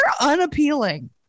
unappealing